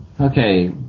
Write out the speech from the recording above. Okay